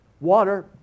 Water